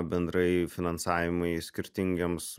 bendrai finansavimai skirtingiems